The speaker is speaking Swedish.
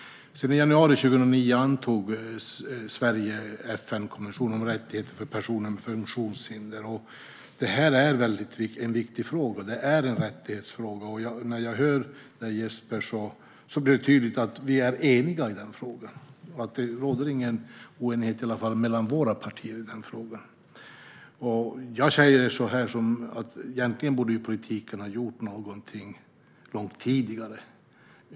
I januari 2009 antog Sverige FN-konventionen om rättigheter för personer med funktionshinder, och detta är en viktig fråga. Det är en rättighetsfråga, och när jag hör det Jesper säger blir det tydligt att vi är eniga i den frågan. Det råder i alla fall ingen oenighet mellan våra partier i den frågan. Egentligen borde politiken ha gjort någonting långt tidigare.